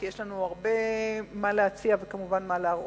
כי יש לנו הרבה מה להציע וכמובן מה להראות,